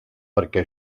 perquè